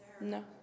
No